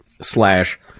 slash